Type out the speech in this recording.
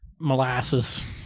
Molasses